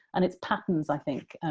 and it's patterns, i think,